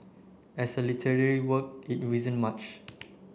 as a literary work it isn't much